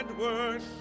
worship